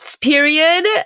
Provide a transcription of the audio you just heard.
period